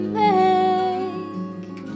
make